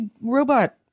robot